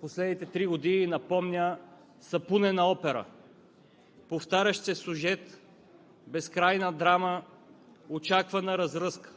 последните три години напомня сапунена опера – повтарящ се сюжет, безкрайна драма, очаквана развръзка.